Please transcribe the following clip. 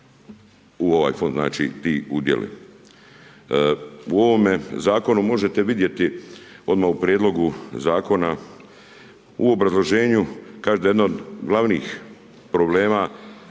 u ovaj fond, znači ti udjeli. U ovome zakonu možete vidjeti odmah u prijedlogu zakona, u obrazloženju, kažete da je jedno od glavnih problema